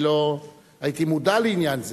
אני לא הייתי מודע לעניין זה.